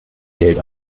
geld